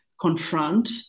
confront